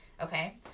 Okay